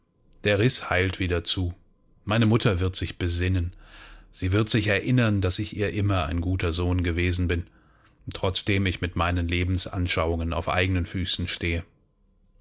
der riß heilt wieder zu meine mutter wird sich besinnen sie wird sich erinnern daß ich ihr immer ein guter sohn gewesen bin trotzdem ich mit meinen lebensanschauungen auf eigenen füßen stehe